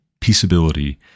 peaceability